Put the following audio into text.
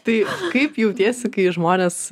tai kaip jautiesi kai žmonės